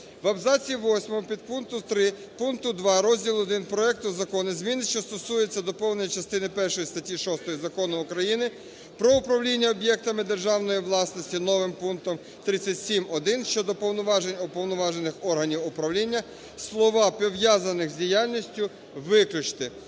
В абзаці 8 підпункту 3 пункту 2 Розділу І проекту закону зміни, що стосуються доповнення частини першої статті 6 Закону України "Про управління об'єктами державної власності" новим пунктом 37/1 щодо повноважень уповноважених органів управління, слова "пов'язаних з діяльністю" виключити.